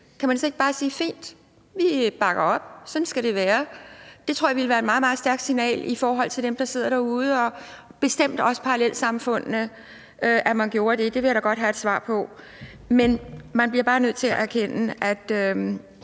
Kan man så ikke bare sige: Fint, vi bakker op, sådan skal det være. Det tror jeg ville være et meget, meget stærkt signal i forhold til dem, der sidder derude, og bestemt også i forhold til parallelsamfundene, at man gjorde det. Det vil jeg da godt have et svar på. Men man bliver bare nødt til at erkende, at